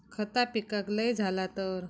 खता पिकाक लय झाला तर?